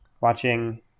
watching